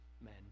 men